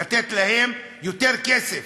לתת להם יותר כסף.